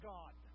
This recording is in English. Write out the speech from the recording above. God